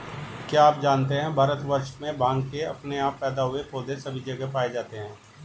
क्या आप जानते है भारतवर्ष में भांग के अपने आप पैदा हुए पौधे सभी जगह पाये जाते हैं?